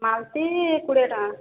ମାଳତୀ କୋଡ଼ିଏ ଟଙ୍କା